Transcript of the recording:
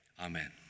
Amen